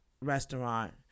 restaurant